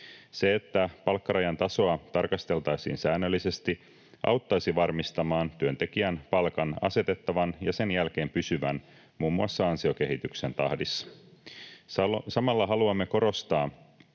Se, että palkkarajan tasoa tarkasteltaisiin säännöllisesti, auttaisi varmistamaan työntekijän palkan asetettavan ja sen jälkeen pysyvän muun muassa ansiokehityksen tahdissa. Samalla haluamme korostaa,